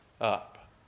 up